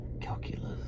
calculus